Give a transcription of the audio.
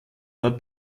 dort